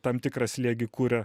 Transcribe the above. tam tikrą slėgį kuria